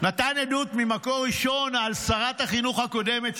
נתן עדות ממקור ראשון על שרת החינוך הקודמת.